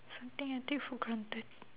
something I take for granted